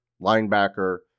linebacker